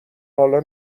حالا